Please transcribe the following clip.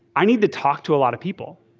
i need to talk to a lot of people,